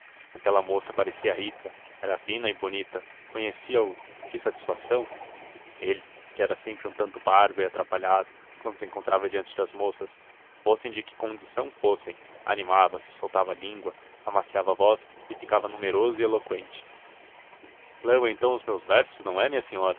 aquela moça parecia rica era fina e bonita conhecia-o que satisfação ele que era sempre um tanto parvo e atrapalhado quando se encontrava diante das moças fossem de que condição fossem animava se soltava a língua amaciava a voz e ficava numeroso e eloqüente leu então os meus versos não é minha senhora